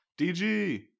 DG